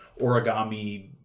origami